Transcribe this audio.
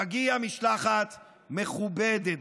תגיע משלחת "מכובדת".